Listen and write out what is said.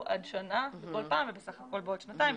עד שנה כל פעם ובסך הכול בעוד שנתיים.